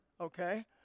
okay